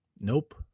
Nope